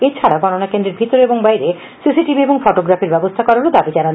এছাডা গণনা কেন্দ্রের ভিতরে এবং বাইরে সি সি টিভি এবং ফটোগ্রাফির ব্যবস্থা করতে দাবি জানান